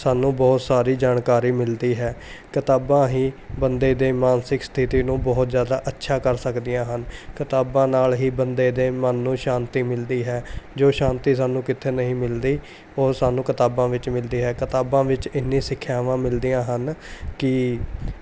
ਸਾਨੂੰ ਬਹੁਤ ਸਾਰੀ ਜਾਣਕਾਰੀ ਮਿਲਦੀ ਹੈ ਕਿਤਾਬਾਂ ਹੀ ਬੰਦੇ ਦੇ ਮਾਨਸਿਕ ਸਥਿਤੀ ਨੂੰ ਬਹੁਤ ਜ਼ਿਆਦਾ ਅੱਛਾ ਕਰ ਸਕਦੀਆਂ ਹਨ ਕਿਤਾਬਾਂ ਨਾਲ ਹੀ ਬੰਦੇ ਦੇ ਮਨ ਨੂੰ ਸ਼ਾਂਤੀ ਮਿਲਦੀ ਹੈ ਜੋ ਸ਼ਾਂਤੀ ਸਾਨੂੰ ਕਿਥੇ ਨਹੀਂ ਮਿਲਦੀ ਉਹ ਸਾਨੂੰ ਕਿਤਾਬਾਂ ਵਿੱਚ ਮਿਲਦੀ ਹੈ ਕਿਤਾਬਾਂ ਵਿੱਚ ਇੰਨੀ ਸਿੱਖਿਆਵਾਂ ਮਿਲਦੀਆਂ ਹਨ ਕਿ